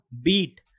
beat